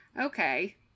Okay